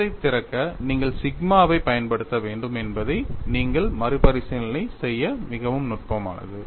முகத்தைத் திறக்க நீங்கள் சிக்மாவைப் பயன்படுத்த வேண்டும் என்பதை நீங்களே மறுபரிசீலனை செய்ய மிகவும் நுட்பமானது